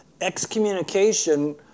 Excommunication